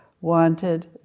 wanted